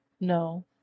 No